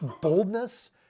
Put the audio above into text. boldness